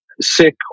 sick